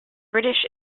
british